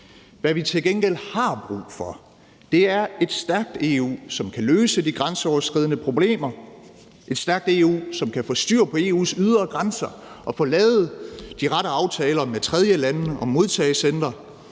Hvad vi til gengæld har brug for, er et stærkt EU, som kan løse de grænseoverskridende problemer, et stærkt EU, som kan få styr på EU's ydre grænse og få lavet de rette aftaler med tredjelande om modtagecentre.